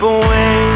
away